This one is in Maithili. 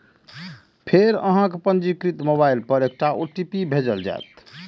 फेर अहांक पंजीकृत मोबाइल पर एकटा ओ.टी.पी भेजल जाएत